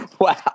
wow